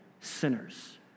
sinners